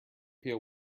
peel